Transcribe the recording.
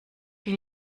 will